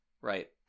Right